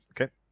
okay